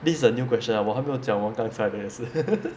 this is a new question ah 我还没有讲完我刚才的也是